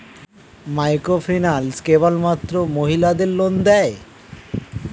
Microfinance কেবলমাত্র মহিলাদের loan দেয়?